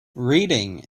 reading